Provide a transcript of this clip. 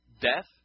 death